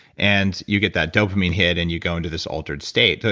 and you get that dopamine hit and you go into this altered state.